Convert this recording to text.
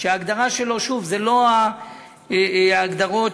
ושוב, זה לא ההגדרות